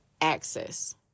access